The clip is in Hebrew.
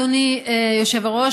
אדוני היושב-ראש,